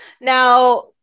Now